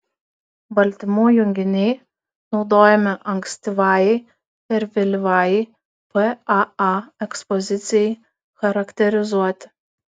baltymų junginiai naudojami ankstyvajai ir vėlyvajai paa ekspozicijai charakterizuoti